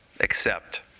accept